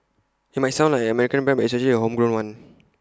IT might sound like an American brand but it's actually A homegrown one